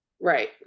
right